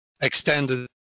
extended